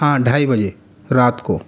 हाँ ढ़ाई बजे रात को